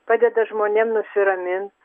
padeda žmonėm nusiraminti